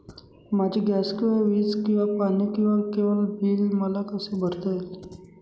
माझे गॅस किंवा वीज किंवा पाणी किंवा केबल बिल मला कसे भरता येईल?